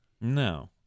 no